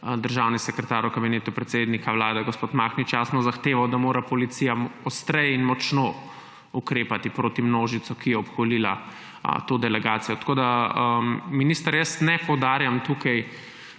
državni sekretar v Kabinetu predsednika Vlade gospod Mahnič jasno zahteval, da mora policija ostreje in močno ukrepati proti množici, ki je obkolila to delegacijo. Tako da, minister, jaz ne poudarjam tukaj